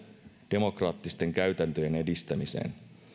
demokraattisten käytäntöjen edistämiseen